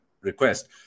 request